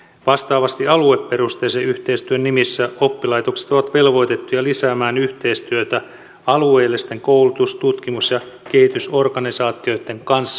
vastaavasti alueperusteisen yhteistyön nimissä oppilaitokset ovat velvoitettuja lisäämään yhteistyötä alueellisten koulutus tutkimus ja kehitysorganisaatioiden kanssa